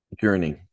journey